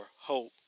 Hope